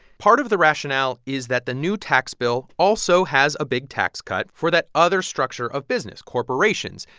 part of the rationale is that the new tax bill also has a big tax cut for that other structure of business corporations.